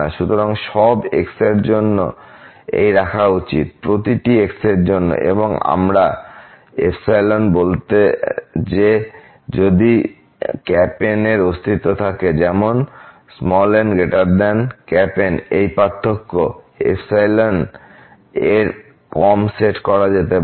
সুতরাং সব x এর জন্য এই রাখা উচিত প্রতিটি x এর জন্য এবং আমরা বলতে যে যদি N এর অস্তিত্ব থাকে যেন n≥N এই পার্থক্য এর কম সেট করা যেতে পারে